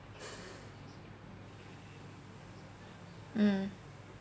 mm